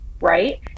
right